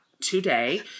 today